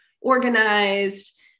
organized